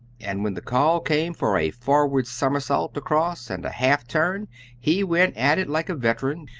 and when the call came for a forward somersault across and a half turn he went at it like a veteran,